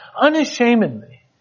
unashamedly